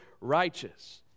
righteous